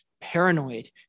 paranoid